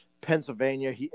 Pennsylvania